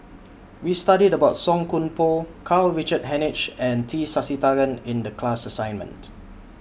We studied about Song Koon Poh Karl Richard Hanitsch and T Sasitharan in The class assignment